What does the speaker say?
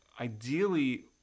ideally